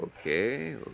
Okay